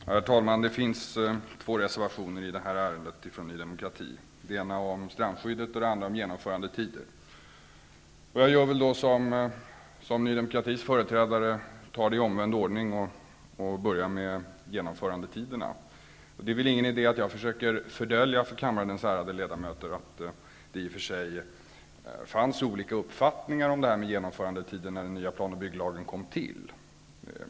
Herr talman! Det finns två reservationer från Ny demokrati i detta ärende. Den ena gäller strandskyddet, och den andra gäller genomförandetider. Jag gör som Ny demokratis företrädare, dvs. tar upp dessa reservationer i omvänd ordning och börjar med genomförandetiderna. Det är ingen idé att jag försöker dölja för kammarens ärade ledamöter att det i och för sig fanns olika uppfattningar om genomförandetiderna när den nya plan och bygglagen kom till.